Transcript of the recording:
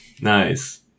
Nice